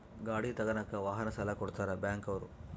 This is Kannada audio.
ಗಾಡಿ ತಗನಾಕ ವಾಹನ ಸಾಲ ಕೊಡ್ತಾರ ಬ್ಯಾಂಕ್ ಅವ್ರು